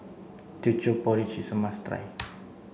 Teochew Porridge is a must try